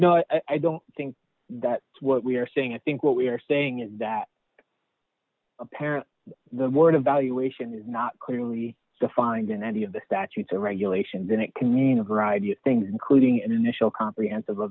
no i don't think that what we are saying i think what we are saying is that apparently the word evaluation is not clearly defined in any of the statutes or regulation then it can mean a variety of things including an initial comprehensive